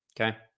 Okay